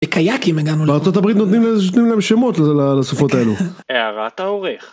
בקייקים הגענו לארה״ב נותנים להם שמות לסופות האלו. הערת העורך